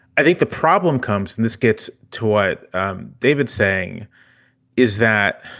i think the problem comes and this gets to what david's saying is that.